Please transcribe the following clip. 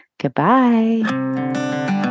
Goodbye